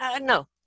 no